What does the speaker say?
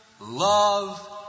love